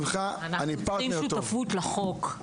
אנחנו צריכים שותפות לחוק.